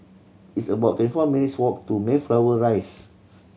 it's about twenty four minutes' walk to Mayflower Rise